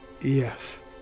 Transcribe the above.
Yes